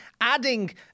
adding